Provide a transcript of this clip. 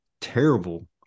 terrible